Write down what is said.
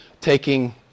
taking